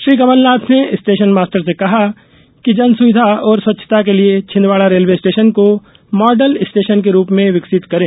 श्री कमल नाथ ने station master से कहा कि जनसुविधा और स्वच्छता के लिये छिन्दवाड़ा रेलवे स्टेशन को मॉडल स्टेशन के रूप में विकसित करें